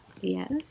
Yes